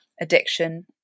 addiction